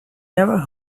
never